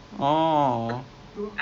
oh okay okay